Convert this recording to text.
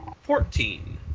Fourteen